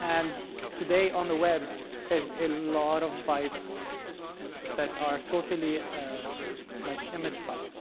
and today on the web there's a lot of bytes that are totally ah like image bytes.